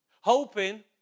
hoping